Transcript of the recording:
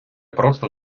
прошу